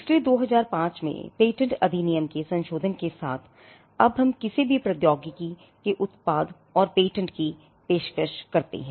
इसलिए 2005 में पेटेंट अधिनियम के संशोधन के साथ अब हम किसी भी प्रौद्योगिकी के उत्पाद और पेटेंट की पेशकश करते हैं